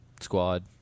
squad